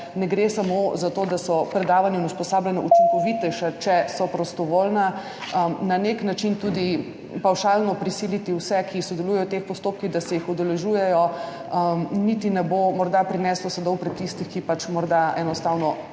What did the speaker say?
ne gre samo za to, da so predavanja in usposabljanja učinkovitejša, če so prostovoljna, na nek način tudi pavšalno prisiliti vse, ki sodelujejo v teh postopkih, da se jih udeležujejo, morda niti ne bo prineslo sadov pri tistih, ki morda enostavno,